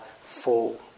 fall